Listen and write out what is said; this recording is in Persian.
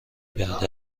بعد